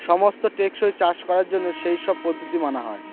সমস্ত টেকসই চাষ করার জন্য সেই সব পদ্ধতি মানা হয়